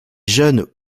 jeunes